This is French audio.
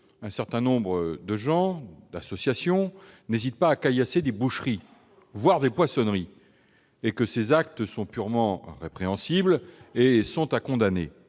un certain nombre de gens et d'associations n'hésitent pas à caillasser des boucheries, voire des poissonneries. De tels actes sont purement répréhensibles et bien évidemment